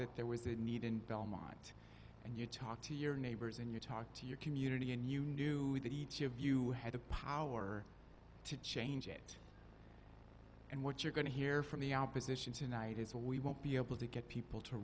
that there was a need in belmont and you talked to your neighbors and you talked to your community and you knew that each of you had the power to change it and what you're going to hear from the opposition tonight is well we won't be able to get people to